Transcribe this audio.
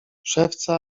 szewca